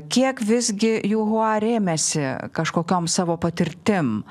kiek visgi juhua rėmėsi kažkokiom savo patirtim